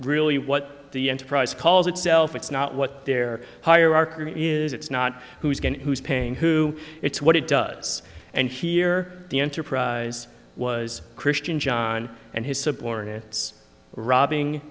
really what the enterprise calls itself it's not what they're hierarchy is it's not who's going who's paying who it's what it does and here the enterprise was christian john and his subordinates robbing